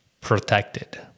protected